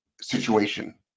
situation